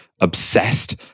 obsessed